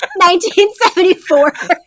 1974